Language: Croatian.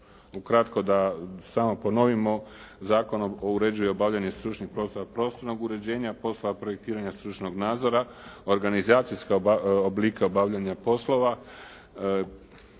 ukratko da samo ponovimo Zakonom o uređenju i obavljanju stručnih poslova prostornog uređenja, poslova projektiranja, stručnog nadzora, organizacijska oblika obavljanja poslova